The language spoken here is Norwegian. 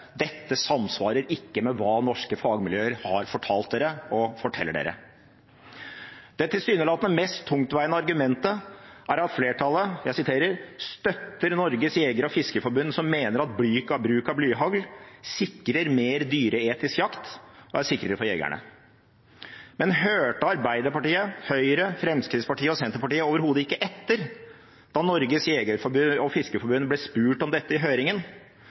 Dette samsvarer ikke med hva norske fagmiljøer har fortalt dere og forteller dere. Det tilsynelatende mest tungtveiende argumentet er at flertallet «støtter Norges Jeger- og Fiskerforbund som mener at bruk av blyhagl sikrer en mer dyreetisk jakt, og er sikrere for jegerne». Men hørte Arbeiderpartiet, Høyre, Fremskrittspartiet og Senterpartiet overhodet ikke etter da Norges Jeger- og Fiskerforbund ble spurt om dette i høringen?